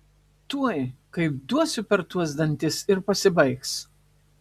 tuoj kaip duosiu per tuos dantis ir pasibaigs